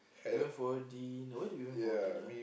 went for din~ where did we went for dinner ah